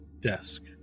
desk